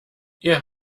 ihr